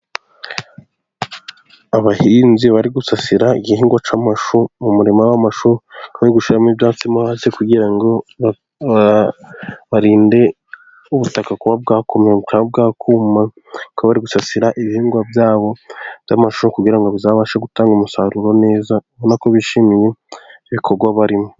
Abahinzi bari gusasira igihingwa cy'amashu mu murima w'amashu, bari gushyiramo ibyatsi mo hasi, kugira ngo barinde ubutaka kuba bwakomera bukaba bwakuma, bakaba bari gusasira ibihingwa byabo by'amashu, kugira ngo bizabashe gutanga umusaruro neza. Urabona ko bishimiye ibikorwa barimo.